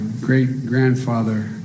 great-grandfather